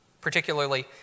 particularly